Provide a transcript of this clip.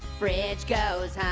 fridge goes,